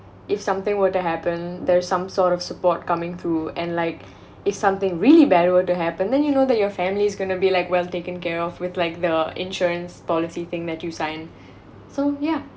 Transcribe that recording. if something were to happen there's some sort of support coming through and like if something really bad were to happen then you know that your family's going to be like well taken care of with like the insurance policy thing that you signed so yeah